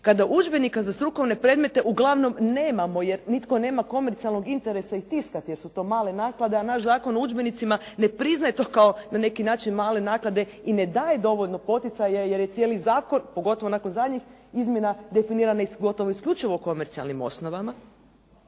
kada udžbenika za strukovne predmete uglavnom nemamo jer nitko nema komercijalnog interesa i tiskati jer su to male naklade a naš Zakon o udžbenicima ne priznaje to kao na neki način male naklade i ne daje dovoljno poticaja jer je cijeli zakon pogotovo nakon zadnjih izmjena definirane su gotovo isključivo komercijalnim osnovama.